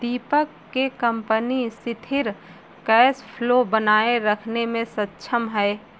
दीपक के कंपनी सिथिर cash flow बनाए रखने मे सक्षम है